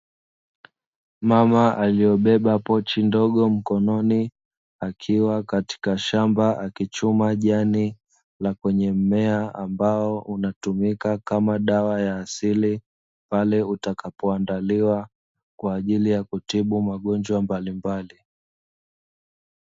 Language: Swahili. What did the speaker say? Mama aliyobeba pochi ndogo mkononi, akiwa katika shamba akichuma jani la kwenye mmea ambao unatumika kama dawa ya asili pale utakapoandaliwa kwa ajili ya kutibu magonjwa mbalimbali.